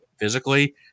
physically